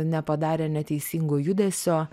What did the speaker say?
nepadarė neteisingo judesio